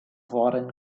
foreign